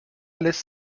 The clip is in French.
laisse